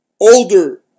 older